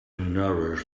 nourish